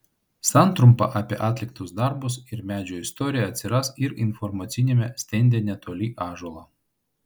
santrumpa apie atliktus darbus ir medžio istoriją atsiras ir informaciniame stende netoli ąžuolo